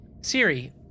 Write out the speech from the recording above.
Siri